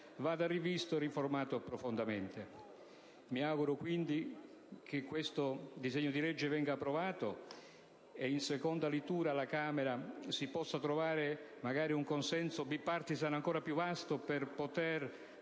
vada rivisto e riformato profondamente. Mi auguro, quindi, che questo disegno di legge venga approvato ed in seconda lettura alla Camera si possa trovare un consenso *bipartisan* ancor più vasto per poter